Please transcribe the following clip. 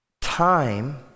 time